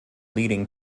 leading